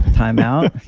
timeout.